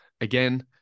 again